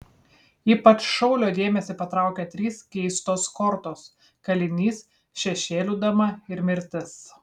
ypač šaulio dėmesį patraukia trys keistos kortos kalinys šešėlių dama ir mirtis